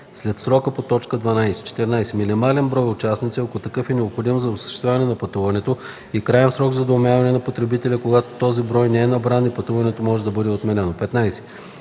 след срока по т. 12; 14. минимален брой участници, ако такъв е необходим за осъществяване на пътуването, и краен срок за уведомяване на потребителя, когато този брой не е набран и пътуването може да бъде отменено;